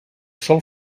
sol